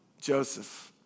Joseph